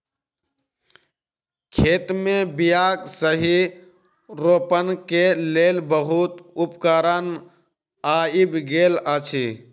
खेत मे बीयाक सही रोपण के लेल बहुत उपकरण आइब गेल अछि